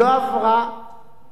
לקריאה שנייה ושלישית.